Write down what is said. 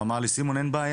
הוא אמר לי סימון, אין בעיה.